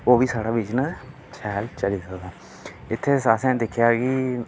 ओह् बी साढ़ा बिजनेस शैल चली सकदा इत्थै असें दिक्खेआ कि